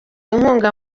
inkunga